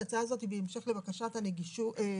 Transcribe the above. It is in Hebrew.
ההצעה הזאת היא בהמשך לבקשת הנציבות.